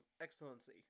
excellency